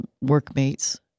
workmates